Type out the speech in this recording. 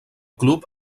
club